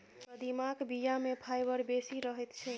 कदीमाक बीया मे फाइबर बेसी रहैत छै